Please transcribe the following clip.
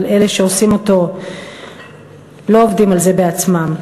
אבל אלה שעושים אותו לא עובדים על זה בעצמם.